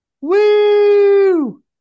Woo